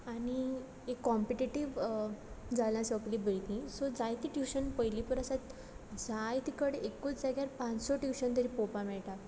आनी हीं कॉम्पिटिटिव्ह जालां सगळीं भुरगीं सो जायतीं ट्युशन पयलीं परस आतां जायते कडेन एकूच जाग्यार आतां पांच स ट्युशन तरी पळोवपाक मेळटा